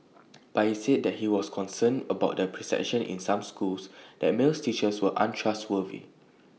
but he said that he was concerned about A perception in some schools that male teachers were untrustworthy